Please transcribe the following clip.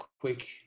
quick